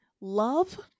love